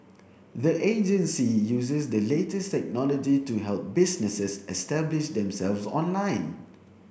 the agency uses the latest technology to help businesses establish themselves online